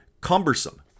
cumbersome